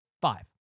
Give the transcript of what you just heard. Five